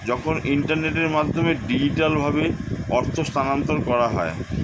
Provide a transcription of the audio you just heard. যখন ইন্টারনেটের মাধ্যমে ডিজিটালভাবে অর্থ স্থানান্তর করা হয়